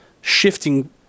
shifting